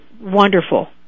wonderful